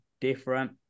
different